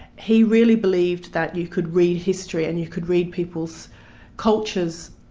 he really believed that you could read history, and you could read people's cultures,